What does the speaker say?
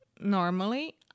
normally